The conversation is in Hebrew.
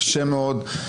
קשה מאוד,